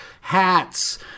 hats